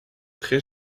très